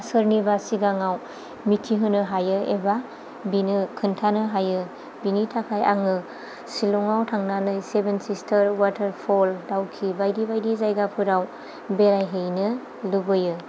सोरनिबा सिगाङाव मिथिहोनो हायो एबा बिनो खोन्थानो हायो बिनि थाखाय आङो सिलंआव थांनानै सेभेन सिस्टार वाटार फल डाउकि बायदि बायदि जायगाफोराव बेराय हैनो लुबैयो